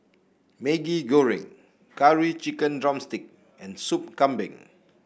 Maggi Goreng Curry Chicken drumstick and Sup Kambing